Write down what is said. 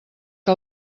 que